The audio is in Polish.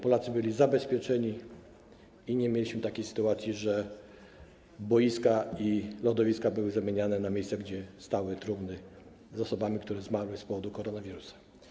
Polacy byli zabezpieczeni i nie mieliśmy takiej sytuacji, żeby boiska i lodowiska były zamieniane na miejsca, gdzie można postawić trumny z osobami, które zmarły z powodu koronawirusa.